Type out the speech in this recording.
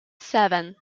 seven